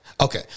Okay